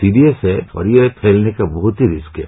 serious है ये फैलने का बहुत ही रिस्क है